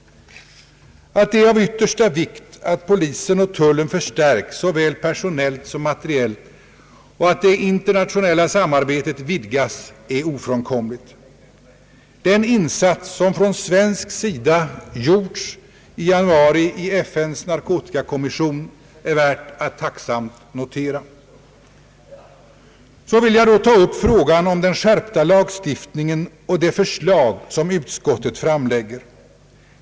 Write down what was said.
Det är av yttersta vikt att polisen och tullen förstärks såväl personellt som materiellt. Att det internationella samarbetet vidgas är också ofrånkomligt. Den insats som från svensk sida gjorts i FN:s narkotikakommission i januari är värd att tacksamt notera. Så vill jag ta upp frågan om den skärpta lagstiftningen och det förslag som utskottet framlägger.